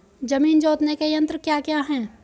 जमीन जोतने के यंत्र क्या क्या हैं?